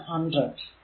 അവസാനം 100